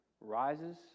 rises